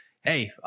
hey